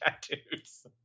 tattoos